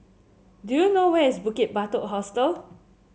do you know where is Bukit Batok Hostel